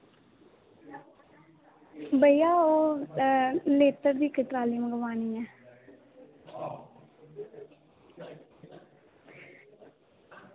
भैइया ओह् लेतर दी इक्क ट्रॉली मंगवानी ऐ